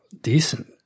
decent